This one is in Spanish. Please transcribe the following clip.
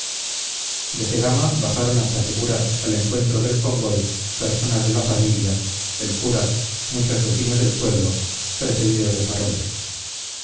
noche de cegama bajaron hasta segura al encuentro del convoy personas de la familia el cura muchos vecinos del pueblo precedidos de faroles